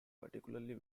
particularly